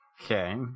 Okay